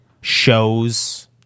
shows